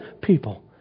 people